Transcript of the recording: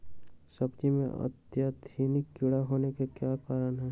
सब्जी में अत्यधिक कीड़ा होने का क्या कारण हैं?